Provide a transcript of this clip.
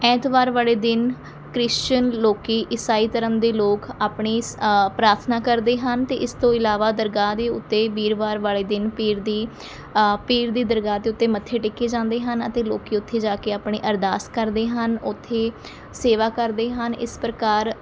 ਐਤਵਾਰ ਵਾਲੇ ਦਿਨ ਕ੍ਰਿਸ਼ਚਨ ਲੋਕ ਈਸਾਈ ਧਰਮ ਦੇ ਲੋਕ ਆਪਣੀ ਪ੍ਰਾਰਥਨਾ ਕਰਦੇ ਹਨ ਅਤੇ ਇਸ ਤੋਂ ਇਲਾਵਾ ਦਰਗਾਹ ਦੇ ਉੱਤੇ ਵੀਰਵਾਰ ਵਾਲੇ ਦਿਨ ਪੀਰ ਦੀ ਪੀਰ ਦੀ ਦਰਗਾਹ ਦੇ ਉੱਤੇ ਮੱਥੇ ਟੇਕੇ ਜਾਂਦੇ ਹਨ ਅਤੇ ਲੋਕ ਉੱਥੇ ਜਾ ਕੇ ਆਪਣੇ ਅਰਦਾਸ ਕਰਦੇ ਹਨ ਉੱਥੇ ਸੇਵਾ ਕਰਦੇ ਹਨ ਇਸ ਪ੍ਰਕਾਰ